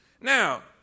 Now